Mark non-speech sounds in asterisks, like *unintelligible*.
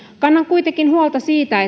kannan kuitenkin huolta siitä *unintelligible*